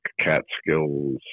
Catskills